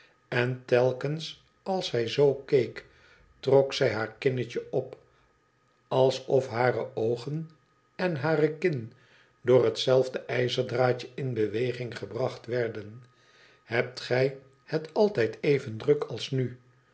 en telkens als zij zoo keek rok zij haar kinnetje op akof hare oogen en hare kin door hetzelfde jzerdraadje in beweging gebracht werden hebt gij het altijd even druk als nu